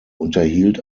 unterhielt